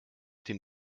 den